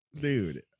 dude